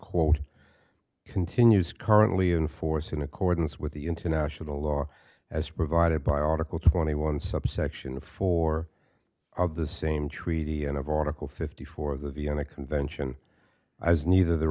quote continues currently in force in accordance with the international law as provided by article twenty one subsection four of the same treaty and of article fifty four of the vienna convention as neither the